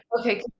Okay